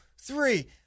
three